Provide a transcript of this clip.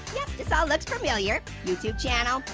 yup, this all looks familiar. youtube channel,